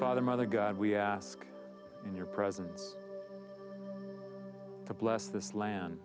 father mother god we ask in your presence to bless this land